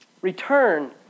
Return